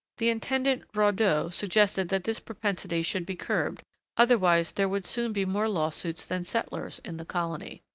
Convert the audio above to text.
the intendant raudot suggested that this propensity should be curbed, otherwise there would soon be more lawsuits than settlers in the colony.